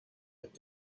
could